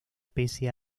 pese